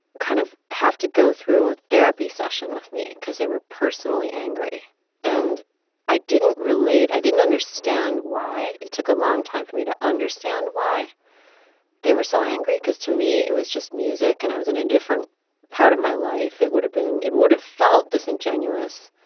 kind of have to go through a therapy session with me because they were personally angry and i didn't relate i didn't understand why it took a long time for me to understand why they were so angry because to me it was just music and i was in a different part of my life. it would have been it would have felt disingenuous